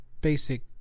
basic